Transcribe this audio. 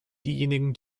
diejenigen